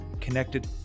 connected